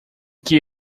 que